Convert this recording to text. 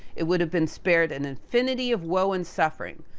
it would have been spared an infinity of woe and suffering,